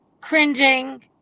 cringing